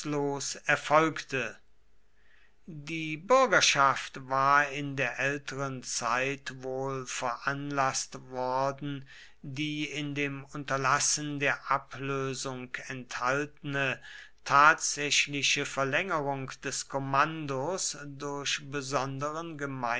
erfolgte die bürgerschaft war in der älteren zeit wohl veranlaßt worden die in dem unterlassen der ablösung enthaltene tatsächliche verlängerung des kommandos durch besonderen